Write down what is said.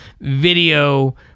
video